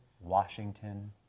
Washington